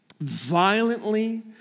violently